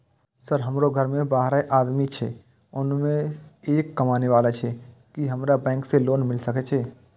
Sir हमरो घर में बारह आदमी छे उसमें एक कमाने वाला छे की हमरा बैंक से लोन मिल सके छे?